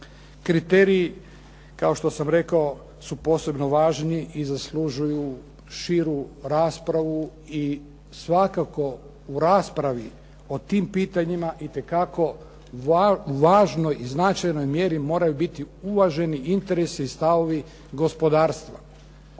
Kriteriji kao što sam rekao su posebno važni i zaslužuju širu raspravu i svakako u raspravi o tim pitanjima itekako važnoj i značajnoj mjeri moraju biti uvaženi interesi i stavovi gospodarstva.